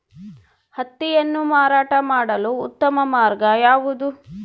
ಹತ್ತಿಯನ್ನು ಮಾರಾಟ ಮಾಡಲು ಉತ್ತಮ ಮಾರ್ಗ ಯಾವುದು?